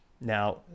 Now